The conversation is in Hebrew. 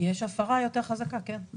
יש הפרה יותר חזקה, כן.